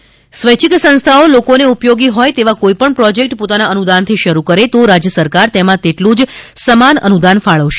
મુખ્યમંત્રી વિરાસત સ્વૈચ્છિક સંસ્થાઓ લોકોને ઉપયોગી હોય તેવા કોઈપણ પ્રોજેક્ટ પોતાના અનુદાનથી શરૂ કરે તો રાજ્ય સરકાર તેમાં તેટલું જ સમાન અનુદાન ફાળવશે